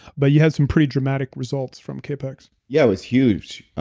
but you had some pretty dramatic results from capex. yeah, it was huge.